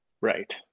Right